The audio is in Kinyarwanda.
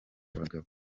abagabo